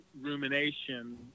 rumination